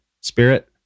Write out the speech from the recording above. spirit